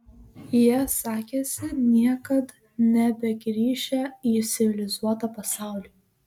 jie sakėsi niekad nebegrįšią į civilizuotą pasaulį